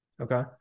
okay